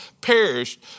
perished